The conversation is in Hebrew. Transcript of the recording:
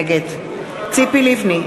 נגד ציפי לבני,